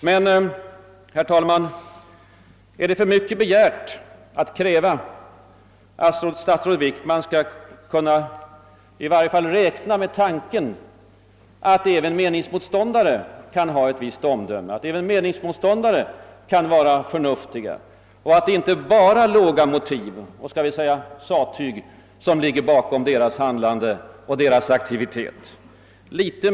Men är det för mycket begärt att kräva att statsrådet Wickman i varje fall skall kunna räkna med tanken att även meningsmotståndare kan ha ett visst omdöme och att de kan vara förnuftiga, att det inte bara är låga motiv och sattyg som ligger bakom deras handlande och deras aktivitet?